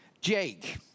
Jake